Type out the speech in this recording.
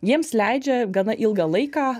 jiems leidžia gana ilgą laiką